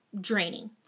draining